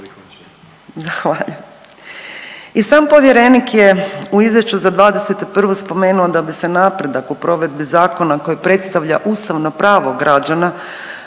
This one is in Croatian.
Hvala